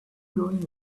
going